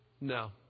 no